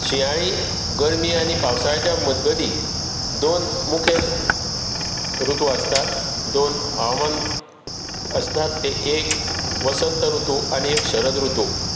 शियांळी गर्मी आनी पावसाळ्याच्या मजगती दोन मुखेल ऋतु आसतात दोन हवामान आसतात तें एक वसंत ऋतु आनी एक शरद ऋतु